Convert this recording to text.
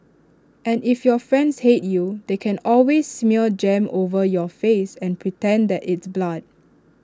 and if your friends hate you they can always smear jam over your face and pretend that it's blood